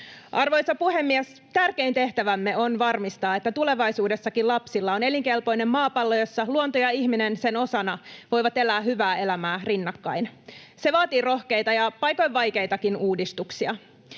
Arvoisa puhemies! Tärkein tehtävämme on varmistaa, että tulevaisuudessakin lapsilla on elinkelpoinen maapallo, jossa luonto ja ihminen sen osana voivat elää hyvää elämää rinnakkain. Se vaatii rohkeita ja paikoin vaikeitakin uudistuksia.